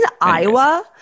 iowa